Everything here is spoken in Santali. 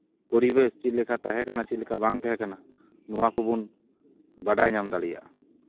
ᱯᱚᱨᱤᱵᱮᱥ ᱪᱮᱫ ᱞᱮᱠᱟ ᱛᱟᱦᱮᱸ ᱠᱟᱱᱟ ᱪᱮᱫ ᱞᱮᱠᱟ ᱵᱟᱝ ᱛᱟᱦᱮᱸ ᱠᱟᱱᱟ ᱱᱚᱣᱟ ᱠᱚᱵᱚᱱ ᱵᱟᱰᱟᱭ ᱧᱟᱢ ᱫᱟᱲᱮᱭᱟᱜᱼᱟ